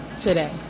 today